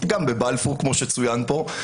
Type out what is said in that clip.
גם בבלפור כמו שצוין פה.